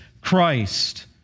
Christ